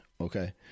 Okay